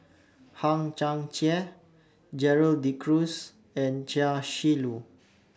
Hang Chang Chieh Gerald De Cruz and Chia Shi Lu